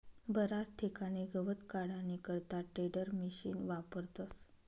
बराच ठिकाणे गवत काढानी करता टेडरमिशिन वापरतस